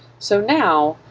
so now,